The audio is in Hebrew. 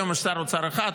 היום יש שר אוצר אחד,